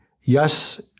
yes